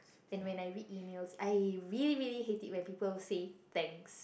and when I read email I really really hate it when people say thanks